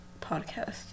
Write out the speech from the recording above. podcast